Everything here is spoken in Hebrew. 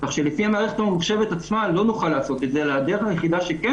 כך שלפי המערכת הממוחשבת עצמה לא נוכל לעשות את זה אלא הדרך היחידה שכן